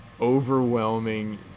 overwhelming